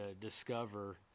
discover